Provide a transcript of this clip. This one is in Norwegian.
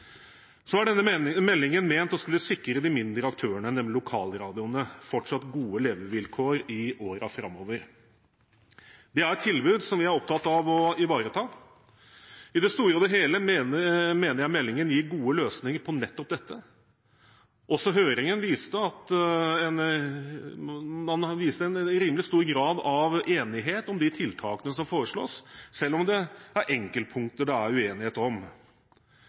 Så er denne meldingen ment å skulle sikre de mindre aktørene, nemlig lokalradioene, fortsatt gode levevilkår i årene framover. Det er et tilbud som vi er opptatt av å ivareta. I det store og hele mener jeg meldingen gir gode løsninger på nettopp dette. Også høringen viste en rimelig stor grad av enighet om de tiltakene som foreslås, selv om det er enkeltpunkter det er uenighet om.